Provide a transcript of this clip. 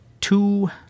two